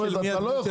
אני לא מסכים עם זה.